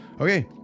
Okay